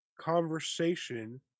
conversation